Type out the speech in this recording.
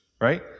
right